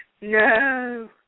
no